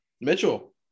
Mitchell